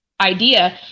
idea